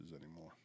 anymore